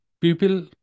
people